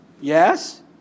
yes